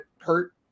hurt